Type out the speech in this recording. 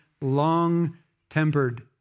long-tempered